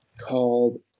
called